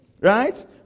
Right